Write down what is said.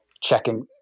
checking